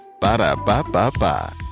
Ba-da-ba-ba-ba